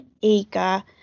eager